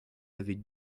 avez